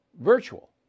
virtual